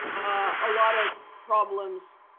a lot of problems